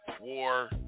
war